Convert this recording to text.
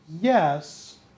yes